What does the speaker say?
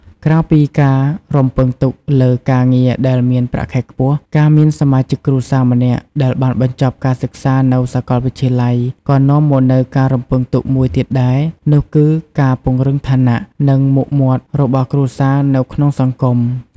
ក្រៅពីការរំពឹងទុកលើការងារដែលមានប្រាក់ខែខ្ពស់ ការមានសមាជិកគ្រួសារម្នាក់ដែលបានបញ្ចប់ការសិក្សានៅសាកលវិទ្យាល័យ ក៏នាំមកនូវការរំពឹងទុកមួយទៀតដែរ នោះគឺការពង្រឹងឋានៈ និងមុខមាត់របស់គ្រួសារនៅក្នុងសង្គម។